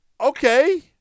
Okay